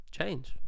change